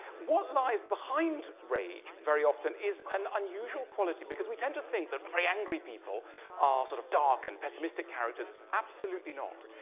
what lies behind rage very often is an unusual quality because we tend to think that very angry people are sort of dark and pessimistic characters. absolutely not.